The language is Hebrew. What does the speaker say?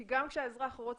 כי גם כשהאזרח רוצה,